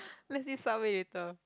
let's eat subway later